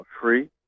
free